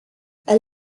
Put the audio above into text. elle